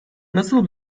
nasıl